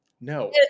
no